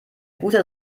guter